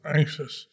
anxious